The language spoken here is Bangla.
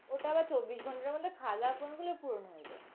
ওটা আবার চব্বিশ ঘন্টার মধ্যে খাওয়া দাওয়া করলে পূরণ হয়ে যায়